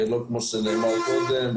לא כמו שנאמר קודם.